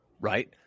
right